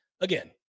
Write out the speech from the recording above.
Again